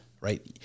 right